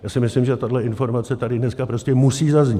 Já si myslím, že tahle informace tady dneska prostě musí zaznít.